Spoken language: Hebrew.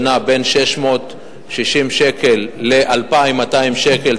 שנע בין 660 שקל ל-2,200 שקל,